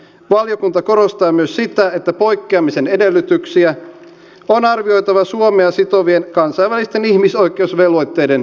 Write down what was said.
valiokunta korostaa myös sitä että poikkeamisen edellytyksiä on arvioitava suomea sitovien kansainvälisten ihmisoikeusvelvoitteiden mukaisesti